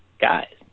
guys